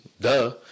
Duh